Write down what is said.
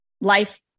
life